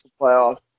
playoffs